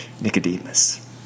Nicodemus